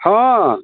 हँ